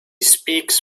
speaks